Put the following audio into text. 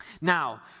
Now